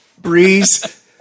Breeze